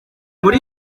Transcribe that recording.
muri